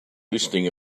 listing